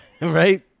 Right